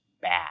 bad